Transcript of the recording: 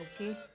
okay